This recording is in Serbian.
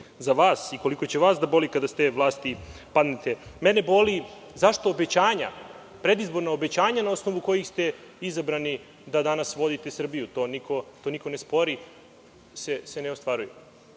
za vas i koliko će vas da boli kada sa te vlasti padnete. Mene boli zašto obećanja, predizborna obećanja na osnovu kojih ste izabrani da danas vodite Srbiju, ali to niko ne spori i to se ne ostvaruje.